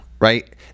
right